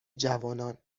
جوانان